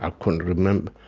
ah couldn't remember.